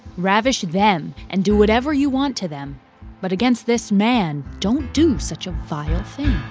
ravish them and do whatever you want to them but against this man don't do such a vile thing.